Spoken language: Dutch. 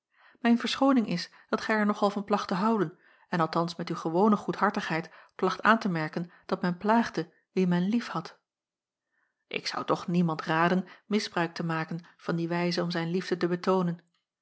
mijn verschooning is dat gij er nog al van placht te houden en althans met uw gewone goedhartigheid placht aan te merken dat men plaagde wie men liefhad ik zou toch niemand raden misbruik te maken van die wijze om zijn liefde te betoonen